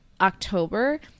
October